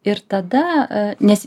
ir tada nes